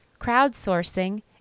Crowdsourcing